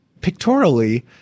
pictorially